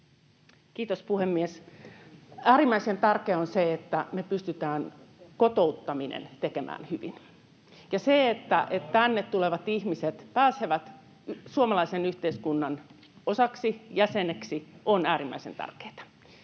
Kiitos, puhemies! Äärimmäisen tärkeää on se, että me pystytään kotouttaminen tekemään hyvin. Se, että tänne tulevat ihmiset pääsevät suomalaisen yhteiskunnan osaksi, jäseneksi, on äärimmäisen tärkeätä,